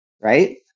right